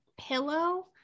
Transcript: pillow